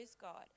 God